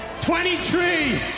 23